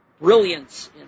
brilliance